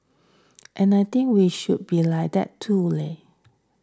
and I think we should be like that too leh